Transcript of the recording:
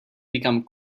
become